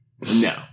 No